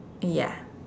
ya